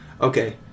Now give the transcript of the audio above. okay